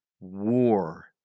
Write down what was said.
war